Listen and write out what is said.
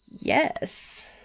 Yes